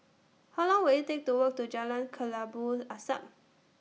How Long Will IT Take to Walk to Jalan Kelabu Asap